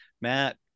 Matt